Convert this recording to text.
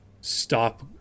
stop